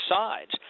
sides